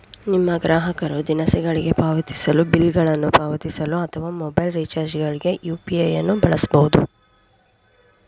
ನಿಮ್ಮ ಗ್ರಾಹಕರು ದಿನಸಿಗಳಿಗೆ ಪಾವತಿಸಲು, ಬಿಲ್ ಗಳನ್ನು ಪಾವತಿಸಲು ಅಥವಾ ಮೊಬೈಲ್ ರಿಚಾರ್ಜ್ ಗಳ್ಗೆ ಯು.ಪಿ.ಐ ನ್ನು ಬಳಸಬಹುದು